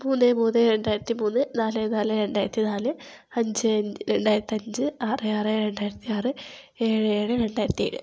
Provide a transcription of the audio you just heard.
മൂന്ന് മൂന്ന് രണ്ടായിരത്തി മൂന്ന് നാല് നാല് രണ്ടായിരത്തി നാല് അഞ്ച് അഞ്ച് രണ്ടായിരത്തഞ്ച് ആറ് ആറ് രണ്ടായിരത്തി ആറ് ഏഴ് ഏഴ് രണ്ടായിരത്തേഴ്